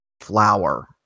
flower